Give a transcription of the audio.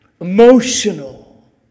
emotional